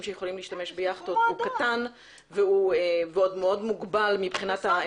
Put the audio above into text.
שיכולים להשתמש ביכטות הוא קטן והוא מאוד מוגבל מבחינת האמצעים.